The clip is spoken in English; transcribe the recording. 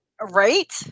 Right